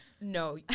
No